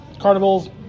carnivals